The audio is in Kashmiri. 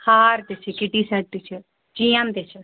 ہار تہِ چھِ کِٹی سیٚٹ تہِ چھِ چین تہِ چھِ